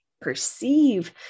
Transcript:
perceive